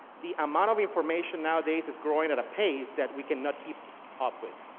the amount of information nowadays is growing at a pace that we cannot keep up with.